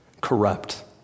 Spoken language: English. corrupt